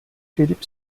philip